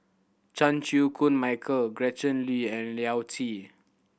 Chan Chew Koon Michael Gretchen Liu and Yao Zi